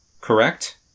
correct